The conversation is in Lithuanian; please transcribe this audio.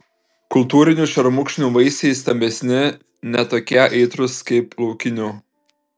kultūrinių šermukšnių vaisiai stambesni ne tokie aitrūs kaip laukinių